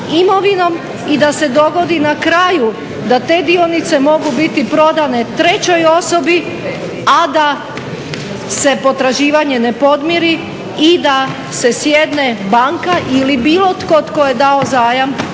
imovinom i da se dogodi na kraju da te dionice mogu biti prodane trećoj osobi, a da se potraživanje ne podmiri i da se sjedne banka ili bilo tko tko je dao zajam